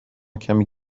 کمی